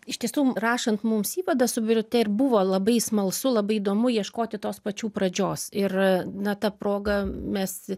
iš tiesų rašant mums įvadą su birute ir buvo labai smalsu labai įdomu ieškoti tos pačių pradžios ir na ta proga mes